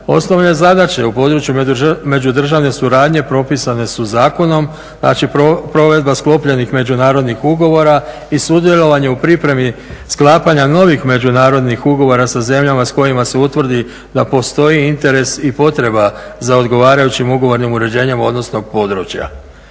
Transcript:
Osnovne zadaće u području međudržavne suradnje propisane su zakonom, znači provedba sklopljenih međunarodnih ugovora i sudjelovanje u pripremi sklapanja novih međunarodnih ugovora sa zemljama s kojima se utvrdi da postoji interes i potreba za odgovarajućim ugovornim uređenjem područja.